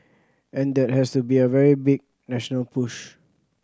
and that has to be a very big national push